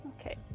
Okay